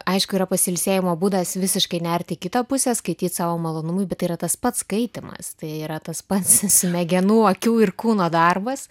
aišku yra pasiilsėjimo būdas visiškai nert į kitą pusę skaityt savo malonumui bet yra tas pats skaitymas tai yra tas pats smegenų akių ir kūno darbas